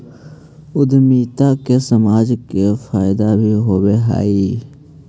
उद्यमिता से समाज के फायदा भी होवऽ हई